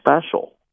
special